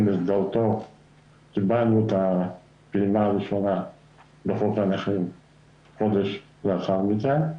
ובמסגרתו קיבלנו את הפעימה הראשונה בחוק הנכים חודש לאחר מכן.